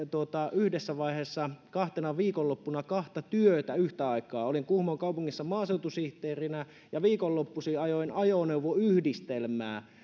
yhdessä vaiheessa kahtena viikonloppuna kahta työtä yhtä aikaa olin kuhmon kaupungissa maaseutusihteerinä ja viikonloppuisin ajoin ajoneuvoyhdistelmää